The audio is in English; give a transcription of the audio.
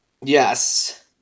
Yes